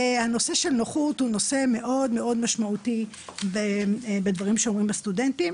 הנושא של נוחות הוא נושא מאוד מאוד משמעותי בדברים שאומרים הסטודנטים,